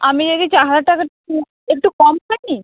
আমি যদি চার হাজার টাকারটা নিই একটু কম করে নিন